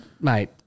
mate